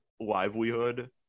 livelihood